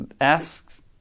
asks